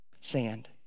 sand